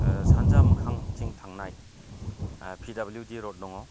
सानजा मोखांथिं थांनाय पि डाब्लिउ डि र'ड दङ